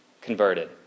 Converted